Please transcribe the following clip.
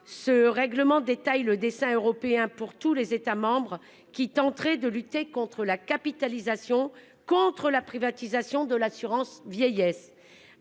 Ce règlement, détaille le dessein européen pour tous les États membres qui tenteraient de lutter contre la capitalisation contre la privatisation de l'assurance-vieillesse